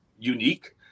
unique